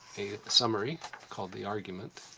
a summary called the argument.